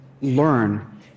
learn